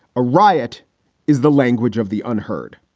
a riot is the language of the unheard.